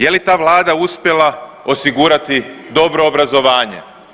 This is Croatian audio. Je li ta vlada uspjela osigurati dobro obrazovanje?